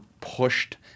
pushed